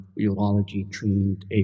urology-trained